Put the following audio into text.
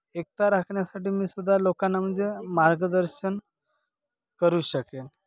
एकता राखण्यासाठी मीसुद्धा लोकांना म्हणजे मार्गदर्शन करू शकेन